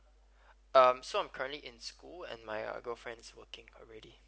um so I'm currently in school and my girlfriend is working already